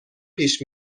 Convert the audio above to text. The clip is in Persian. پیش